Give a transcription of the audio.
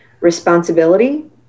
responsibility